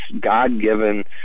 God-given